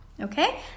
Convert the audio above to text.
okay